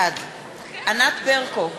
בעד ענת ברקו,